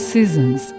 Seasons